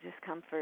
discomfort